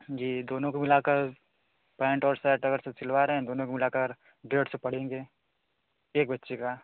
जी दोनों को मिला कर पेंट और सर्ट अगर सिलवा रहे हैं दोनों को मिला कर डेढ़ सौ पड़ेंगे एक बच्चे के